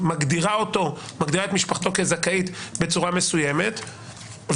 מגדירה את משפחתו כזכאית בצורה מסוימת,